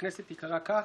הלזאת ייקרא אחדות?